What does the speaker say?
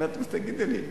הוא אומר: תגיד לי,